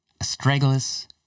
astragalus